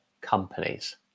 companies